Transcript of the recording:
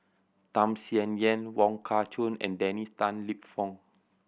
Tham Sien Yen Wong Kah Chun and Dennis Tan Lip Fong